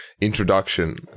introduction